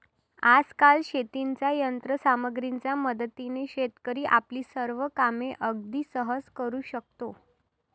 आजकाल शेतीच्या यंत्र सामग्रीच्या मदतीने शेतकरी आपली सर्व कामे अगदी सहज करू शकतो